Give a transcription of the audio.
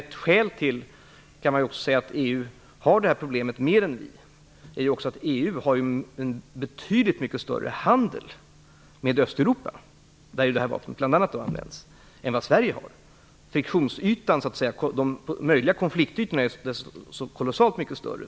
Ett skäl till att EU i högre grad än vi har det här problemet är att man där har en betydligt mycket större handel med Östeuropa, som är ett av de områden där det här vapnet används, än vad Sverige har. Friktionsytan, de möjliga konfliktytorna, är så kolossalt mycket större.